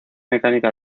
mecánica